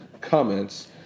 comments